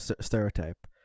stereotype